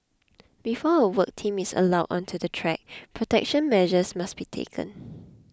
before a work team is allowed onto the track protection measures must be taken